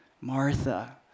Martha